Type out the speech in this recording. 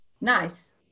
Nice